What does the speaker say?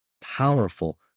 powerful